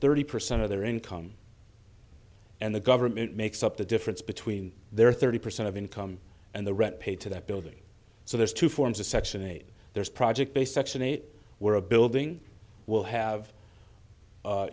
thirty percent of their income and the government makes up the difference between their thirty percent of income and the rent paid to that building so there's two forms of section eight there is project a section eight where a building will have